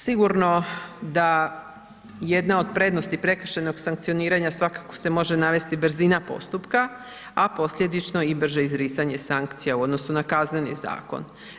Sigurno da jedna od prednosti prekršajnog sankcioniranja svakako se može navesti brzina postupka, a posljedično i brže izricanje sankcija u odnosu na Kazneni zakon.